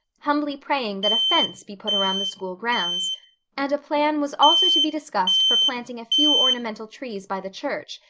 humbly praying that a fence be put around the school grounds and a plan was also to be discussed for planting a few ornamental trees by the church,